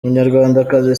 umunyarwandakazi